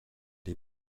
les